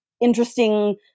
interesting